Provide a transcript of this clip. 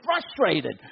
frustrated